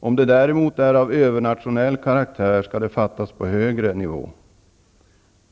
Om problemen däremot är av övernationell karaktär skall besluten fattas på högre nivå.